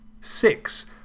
Six